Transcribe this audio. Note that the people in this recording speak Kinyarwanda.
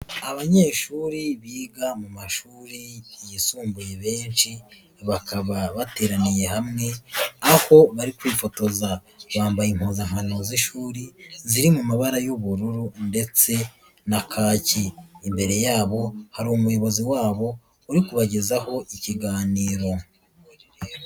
Abanyeshuri biga mu mashuri yisumbuye benshi, bakaba bateraniye hamwe, aho bari kwifotoza, bambaye impuzankano z'ishuri ziri mu mabara y'ubururu ndetse na kaki. Imbere yabo hari umuyobozi wabo, uri kubagezaho ikiganiro.